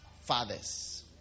fathers